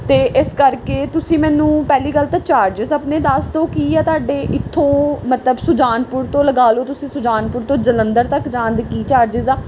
ਅਤੇ ਇਸ ਕਰਕੇ ਤੁਸੀਂ ਮੈਨੂੰ ਪਹਿਲੀ ਗੱਲ ਤਾਂ ਚਾਰਜਸ ਆਪਣੇ ਦੱਸ ਦਿਓ ਕੀ ਆ ਤੁਹਾਡੇ ਇੱਥੋਂ ਮਤਲਬ ਸੁਜਾਨਪੁਰ ਤੋਂ ਲਗਾ ਲਓ ਤੁਸੀਂ ਸੁਜਾਨਪੁਰ ਤੋਂ ਜਲੰਧਰ ਤੱਕ ਜਾਣ ਦੇ ਕੀ ਚਾਰਜਿਸ ਆ